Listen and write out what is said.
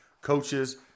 coaches –